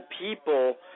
people